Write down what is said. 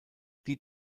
die